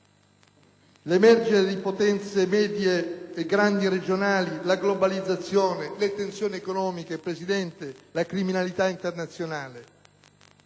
L'emergere di potenze medie e grandi regionali, la globalizzazione, le tensioni economiche, la criminalità internazionale,